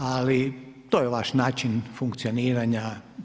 Ali to je vaš način funkcioniranja.